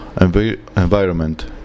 Environment